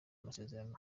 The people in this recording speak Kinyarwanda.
amasezerano